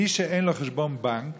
מי שאין לו חשבון בנק